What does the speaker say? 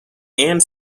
and